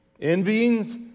Envyings